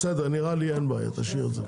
בסדר, נראה לי אין בעיה, תשאיר את זה.